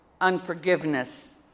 unforgiveness